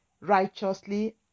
righteously